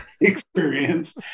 experience